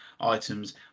items